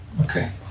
okay